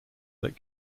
that